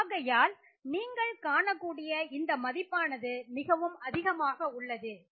ஆகையால் நீங்கள் காணக்கூடிய இந்த மதிப்பானது மிகவும் அதிகமாக உள்ளது